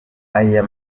aya